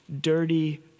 dirty